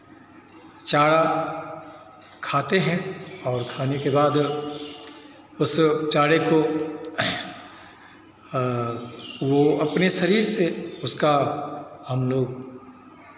चारा खाते हैं और खाने के बाद उस चारे को वो अपने शरीर से उसका हम लोग